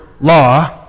law